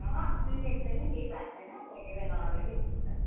अहँ सुन्निएको छैन केही भएको छैन कोही कोही बेला अलिअलि दुख्छ